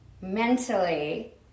mentally